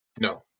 No